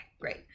great